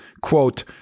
quote